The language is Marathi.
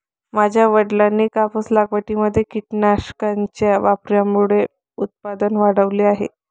माझ्या वडिलांनी कापूस लागवडीमध्ये कीटकनाशकांच्या वापरामुळे उत्पादन वाढवले आहे